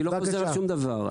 אני לא חוזר על שום דבר.